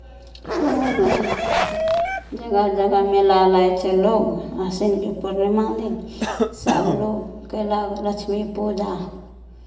ओहोमे जगह जगह मेला लागै छै लोग आशिनके पूर्णिमा दिन सभलोक कयलक लक्ष्मी पूजा